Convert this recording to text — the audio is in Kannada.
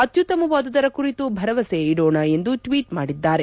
ಅತ್ಯುತ್ತಮವಾದುದರ ಕುರಿತು ಭರವಸೆ ಇಡೋಣ ಎಂದು ಟ್ವೀಟ್ ಮಾಡಿದ್ದಾರೆ